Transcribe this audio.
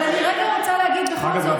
אבל אני רוצה להגיד בכל זאת,